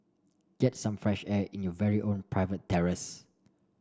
get some fresh air in your very own private terrace